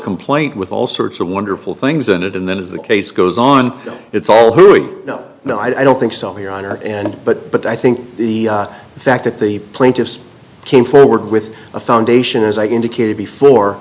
complaint with all sorts of wonderful things in it and that is the case goes on it's all hearing no no i don't think so your honor and but but i think the fact that the plaintiffs came forward with a foundation as i indicated before